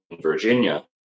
Virginia